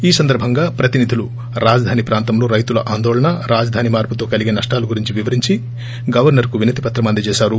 ఈ సందర్బంగా ప్రతినిధులు రాజధాని ప్రాంతంలో రైతుల ఆందోళన రాజధాని మార్పుతో కలిగే నష్టాల గురించి వివరించి గవర్న ర్కు వినతిపత్రం అందజేశారు